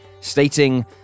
stating